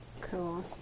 Cool